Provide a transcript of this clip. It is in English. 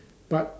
but